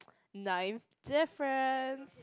ninth difference